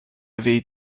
avaient